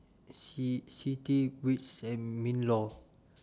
C C T WITS and MINLAW